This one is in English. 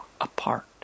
apart